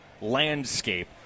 landscape